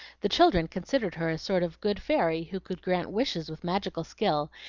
the children considered her a sort of good fairy who could grant wishes with magical skill,